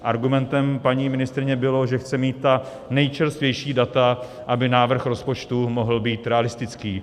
Argumentem paní ministryně bylo, že chce mít ta nejčerstvější data, aby návrh rozpočtu mohl být realistický.